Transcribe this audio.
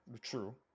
True